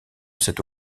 cette